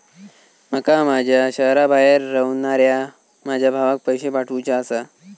माका माझ्या शहराबाहेर रव्हनाऱ्या माझ्या भावाक पैसे पाठवुचे आसा